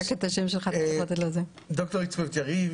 אני ד"ר יריב